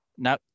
Now